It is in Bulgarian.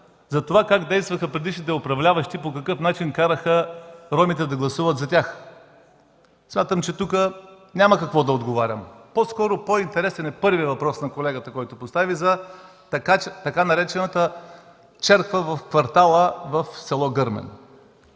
за това как действаха предишните управляващи, по какъв начин караха ромите да гласуват за тях. Смятам, че тук няма какво да отговарям. По-интересен е първият въпрос на колегата, който постави, за така наречената „черква“ в квартала в с. Гърмен.